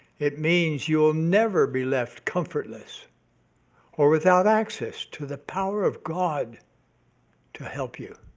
it means you will never be left comfortless or without access to the power of god to help you.